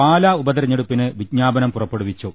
പാല ഉപതെരഞ്ഞെടുപ്പിന് വിജ്ഞാപനം പുറപ്പെടുവി ച്ചു